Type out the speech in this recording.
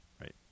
Right